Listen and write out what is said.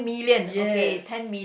yes